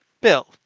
Bill